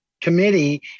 committee